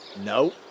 No